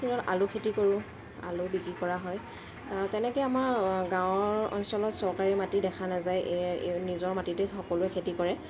ত আলু খেতি কৰোঁ আলু বিক্ৰী কৰা হয় তেনেকৈ আমাৰ গাঁৱৰ অঞ্চলত চৰকাৰী মাটি দেখা নাযায় নিজৰ মাটিতেই সকলোৱে খেতি কৰে